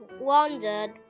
wandered